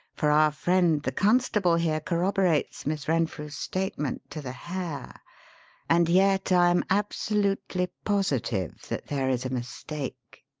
for our friend the constable here corroborates miss renfrew's statement to the hair and yet i am absolutely positive that there is a mistake.